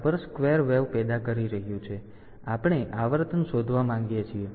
5 પર સ્કવેર તરંગ પેદા કરી રહ્યું છે અને આપણે આવર્તન શોધવા માંગીએ છીએ